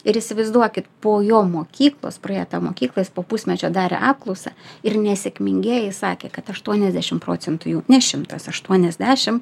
ir įsivaizduokit po jo mokyklos proėję tą mokyklą jis po pusmečio darė apklausą ir nesėkmingieji sakė kad aštuoniasdešim procentų jų ne šimtas aštuoniasdešim